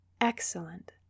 excellent